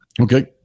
Okay